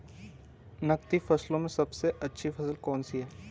नकदी फसलों में सबसे अच्छी फसल कौन सी है?